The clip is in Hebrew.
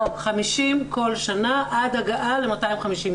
50 כל שנה, עד הגעה ל-250 מיליון.